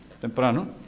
temprano